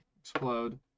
Explode